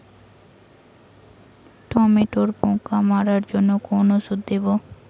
টমেটোর পোকা মারার জন্য কোন ওষুধ দেব?